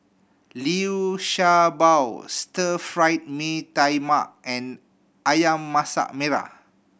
Liu Sha Bao Stir Fried Mee Tai Mak and Ayam Masak Merah